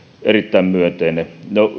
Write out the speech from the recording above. erittäin myönteinen